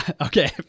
okay